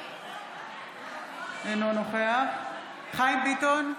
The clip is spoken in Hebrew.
אינו נוכח חיים ביטון,